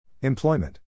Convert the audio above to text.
Employment